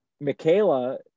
Michaela